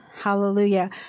Hallelujah